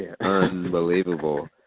unbelievable